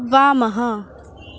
वामः